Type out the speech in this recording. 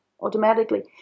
automatically